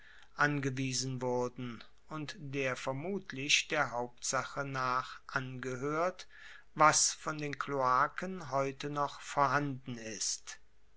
angewiesen wurden und der vermutlich der hauptsache nach angehoert was von den kloaken heute noch vorhanden ist